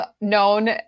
known